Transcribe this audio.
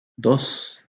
dos